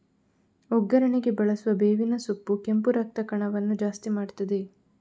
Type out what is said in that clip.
ಒಗ್ಗರಣೆಗೆ ಬಳಸುವ ಬೇವಿನ ಸೊಪ್ಪು ಕೆಂಪು ರಕ್ತ ಕಣವನ್ನ ಜಾಸ್ತಿ ಮಾಡ್ತದೆ